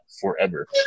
forever